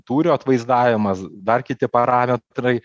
tūrio atvaizdavimas dar kiti parametrai